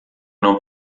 não